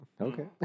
Okay